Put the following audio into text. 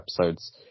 episodes